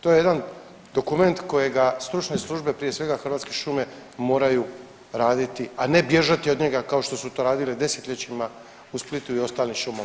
To je jedan dokument kojega stručne službe, prije svega Hrvatske šume moraju raditi, a ne bježati od njega kao što su to radile desetljećima u Splitu i ostalim šumama.